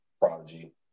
Prodigy